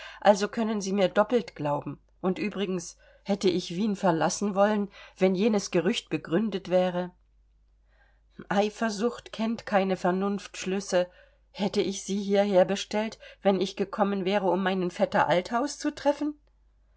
also können sie mir doppelt glauben und übrigens hätte ich wien verlassen wollen wenn jenes gerücht begründet wäre eifersucht kennt keine vernunftschlüsse hätte ich sie hierher bestellt wenn ich gekommen wäre um meinen vetter althaus zu treffen